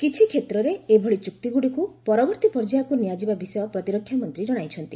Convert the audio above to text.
କିଛି କ୍ଷେତ୍ରରେ ଏଭଳି ଚୁକ୍ତିଗୁଡ଼ିକୁ ପରବର୍ତ୍ତୀ ପର୍ଯ୍ୟାୟକୁ ନିଆଯିବା ବିଷୟ ପ୍ରତିରକ୍ଷା ମନ୍ତ୍ରୀ ଜଣାଇଛନ୍ତି